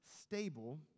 stable